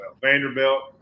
Vanderbilt